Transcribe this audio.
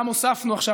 גם הוספנו עכשיו,